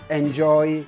enjoy